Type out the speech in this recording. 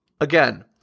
Again